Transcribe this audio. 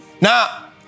Now